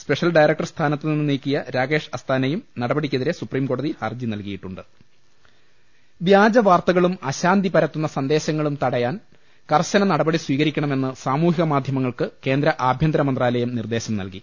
special director സ്ഥാന ത്തുനിന്ന് നീക്കിയ രാകേഷ് അസ്താനയും നടപടിക്കെതിരെ സുപ്രീംകോടതിയിൽ ഹർജി നൽകിയിട്ടുണ്ട് വ്യാജവാർത്തകളും അശാന്തി പരത്തുന്ന സന്ദേശങ്ങളും തട യാൻ കർശന നടപടി സ്വീകരിക്കണമെന്ന് സാമൂഹിക മാധ്യമ ങ്ങൾക്ക് കേന്ദ്ര ആഭ്യന്തരമന്ത്രാലയം നിർദേശം നൽകി